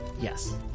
yes